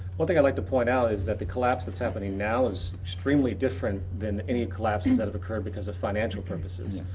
one thing i'd like to point out is that the collapse that's happening now is extremely different than any collapses that have occurred because of financial purposes.